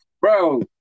Bro